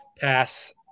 pass